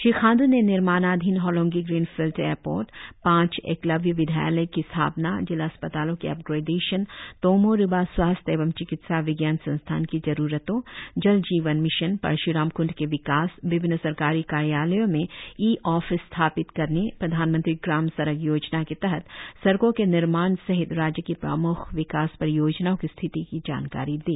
श्री खाण्ड् ने निर्माणाधीन Hollongi green field airport पांच एकलव्य विद्यालय की स्थापना जिला अस्पतालों के अपग्रेडेशन तोमो रिबा स्वास्थ्य एवं चिकित्सा विज्ञान संस्थान की जरुरतों जल जीवन मिशन परश्राम क्ंड के विकास विभिन्न सरकारी कार्यालयों में ई ऑफिस स्थापित करने प्रधानमंत्री ग्राम सड़क योजना के तहत सड़कों के निर्माण सहित राज्य की प्रम्ख विकास परियोजनाओं की स्थिति की जानकारी दी